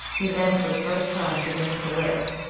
he then for the first time begins to live.